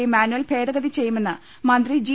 D manual ഭേദഗതി ചെയ്യുമെന്ന് മന്ത്രി ജി